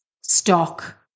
stock